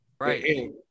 Right